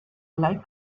like